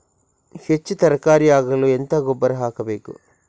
ಹೆಚ್ಚು ತರಕಾರಿ ಆಗಲು ಎಂತ ಗೊಬ್ಬರ ಹಾಕಬೇಕು?